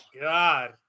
God